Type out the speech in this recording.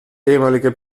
ehemalige